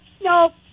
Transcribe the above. no